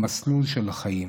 למסלול של חיים.